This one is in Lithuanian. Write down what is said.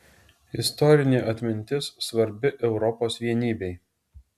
istorinė atmintis svarbi europos vienybei